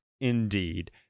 Indeed